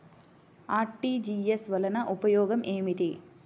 RTGS వలన ఉపయోగం ఏమిటీ?